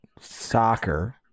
soccer